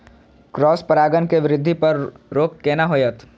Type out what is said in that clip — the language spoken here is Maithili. क्रॉस परागण के वृद्धि पर रोक केना होयत?